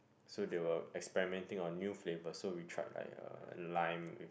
so they were experimenting on new flavours so we tried like uh lime with